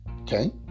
Okay